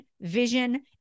vision